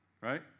right